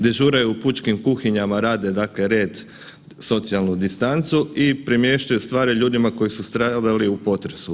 Dežuraju u pučkim kuhinjama, rade dakle red, socijalnu distancu i premještaju stvari ljudima koji su stradali potresu.